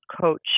coach